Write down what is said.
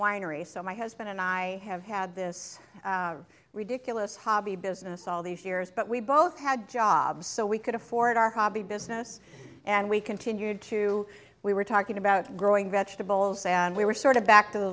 winery so my husband and i have had this ridiculous hobby business all these years but we both had jobs so we could afford our hobby business and we continued to we were talking about growing vegetables and we were sort of back to the